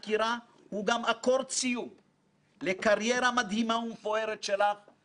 שיוצאת לגמלאות לאחר שנפלה בידיה זכות שלא רבים זוכים לה